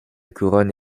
couronne